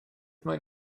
mae